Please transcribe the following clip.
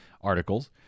articles